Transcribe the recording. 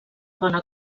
bona